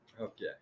Okay